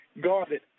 guarded